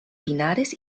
pinares